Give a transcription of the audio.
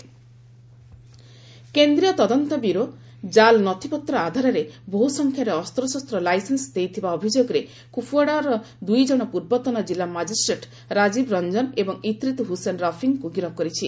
CBI arrest କେନ୍ଦ୍ରୀୟ ତଦନ୍ତ bureau ଜାଲ୍ ନଥିପତ୍ର ଆଧାରରେ ବହ୍ର ସଂଖ୍ୟାରେ ଅସ୍ତଶସ୍ତ ଲାଇସେନ୍ସ ଦେଇଥିବା ଅଭିଯୋଗରେ କୁପ୍ୱାଡ଼ାର ଦୁଇ ଜଣ ପୂର୍ବତନ କିଲ୍ଲା ମାଜିଷ୍ଟ୍ରେଟ୍ ରାଜୀବ୍ ରଞ୍ଜନ ଏବଂ ଇତ୍ରିତ୍ ହୁସେନ ରଫିକ୍ଙ୍କୁ ଗିରଫ କରିଛି